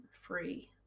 free